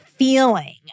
feeling